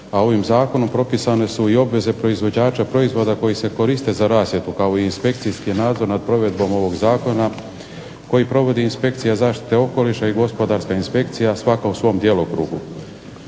a ovim zakonom propisane su i obveze proizvođača proizvoda koji se koriste za rasvjetu, kao i inspekcijski nadzor nad provedbom ovog zakona koji provodi inspekcija zaštite okoliša i gospodarska inspekcija svaka u svom djelokrugu.